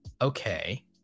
okay